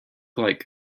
like